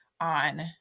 on